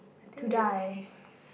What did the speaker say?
to die